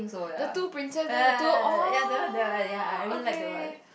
the two princess then the two oh okay